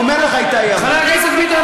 חבר הכנסת ביטן,